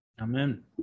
Amen